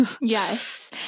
yes